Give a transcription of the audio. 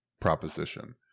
proposition